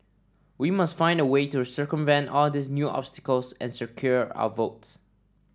we must find a way to circumvent all these new obstacles and secure our votes